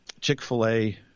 Chick-fil-A